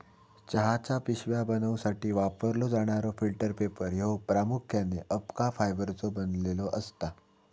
चहाच्या पिशव्या बनवूसाठी वापरलो जाणारो फिल्टर पेपर ह्यो प्रामुख्याने अबका फायबरचो बनलेलो असता